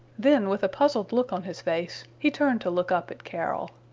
then with a puzzled look on his face, he turned to look up at carol.